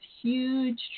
huge